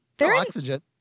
Oxygen